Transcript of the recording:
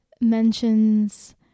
mentions